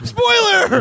Spoiler